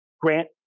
Grant